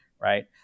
right